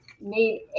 made